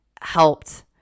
helped